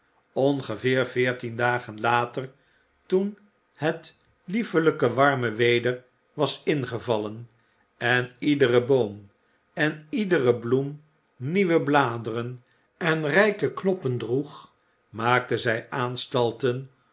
ongeveer veertien dagen later toen het liefelijke warme weder was ingevallen en iedere boom en iedere bloem nieuwe bladeren en rijke knoppen droeg maakten zij